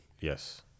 Yes